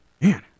man